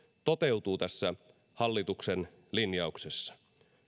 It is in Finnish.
toteutuu tässä hallituksen linjauksessa